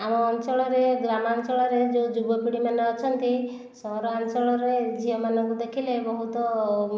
ଆମ ଅଞ୍ଚଳରେ ଗ୍ରାମାଞ୍ଚଳରେ ଯେଉଁ ଯୁବପିଢ଼ିମାନେ ଅଛନ୍ତି ସହରାଞ୍ଚଳରେ ଝିଅମାନଙ୍କୁ ଦେଖିଲେ ବହୁତ